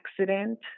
accident